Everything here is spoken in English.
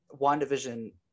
WandaVision